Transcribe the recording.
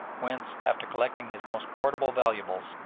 whence, after collecting his most portable valuables,